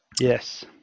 Yes